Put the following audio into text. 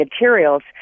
materials